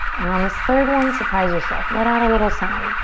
and on this third one, surprise yourself. let out a little sound.